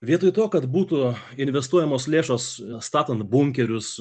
vietoj to kad būtų investuojamos lėšos statant bunkerius